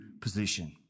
position